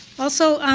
also,